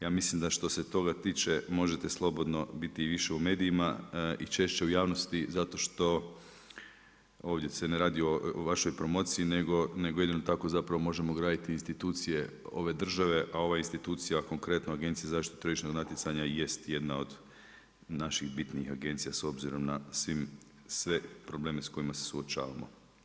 Ja mislim da što se toga tiče možete slobodno biti više u medijima i češće u javnosti zato što ovdje se ne radi o vašoj promociji, nego jedino tako zapravo možemo graditi institucije ove države, a ova institucija, konkretno, Agencija o zaštiti tržišnog natjecanja jest jedna od naših bitnih agencija s obzirom na sve probleme s kojima se suočavamo.